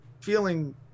feeling